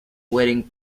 wedding